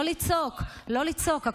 לא לצעוק, לא לצעוק.